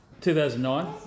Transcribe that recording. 2009